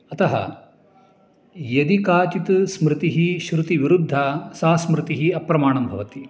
अतः यदि काचित् स्मृतिः श्रुतिविरुद्धा सा स्मृतिः अप्रमाणं भवति